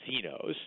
casinos